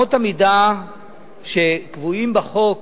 אמות המידה שקבועות בחוק